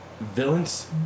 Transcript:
villains